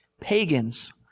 Pagans